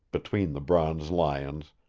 between the bronze lions,